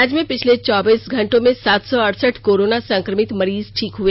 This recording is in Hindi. राज्य में पिछले चौबीस घंटों में सात सौ अड़सठ कोरोना संकमित मरीज ठीक हए